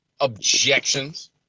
objections